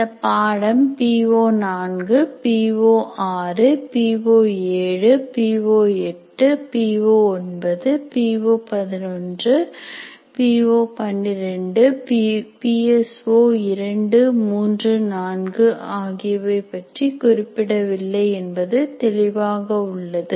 இந்தப் பாடம் P O P O P O P O P O P O P O 12 P S O 3 4 ஆகியவை பற்றி குறிப்பிடவில்லை என்பது தெளிவாக உள்ளது